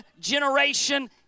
generation